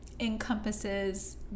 encompasses